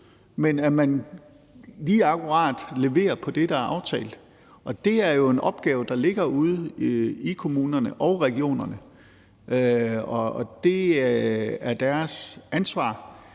men at man lige akkurat leverer på det, der er aftalt. Og det er jo en opgave, der ligger ude i kommunerne og regionerne; det er deres ansvar.